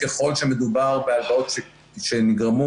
ככל שמדובר בהלוואות שנגרמו